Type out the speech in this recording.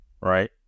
right